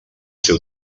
ser